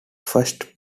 first